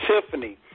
Tiffany